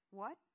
What